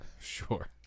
Sure